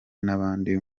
n’abandi